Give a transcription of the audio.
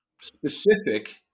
specific